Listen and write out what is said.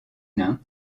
nains